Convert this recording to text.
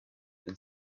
wenn